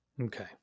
okay